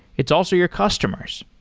it's also your customers.